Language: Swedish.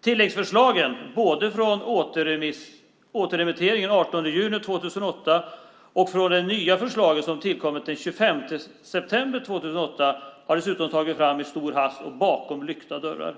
Tilläggsförslagen, både från återremitteringen den 18 juni 2008 och de nya förslag som tillkommit den 25 september 2008, har dessutom tagits fram i stor hast och bakom lyckta dörrar.